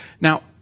Now